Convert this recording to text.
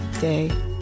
day